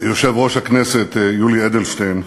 יושב-ראש הכנסת יולי אדלשטיין,